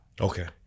Okay